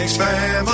family